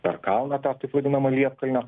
per kalną tą taip vadinamą liepkalnio